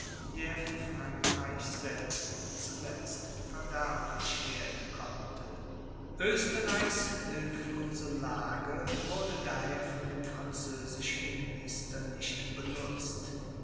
der für frankreich selbst zuletzt verderblich werden konnte oesterreichs hilflose lage wurde daher von dem französischen minister nicht benutzt